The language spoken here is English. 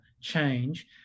change